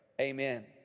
Amen